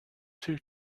two